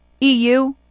EU